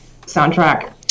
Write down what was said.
soundtrack